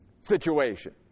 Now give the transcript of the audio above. situation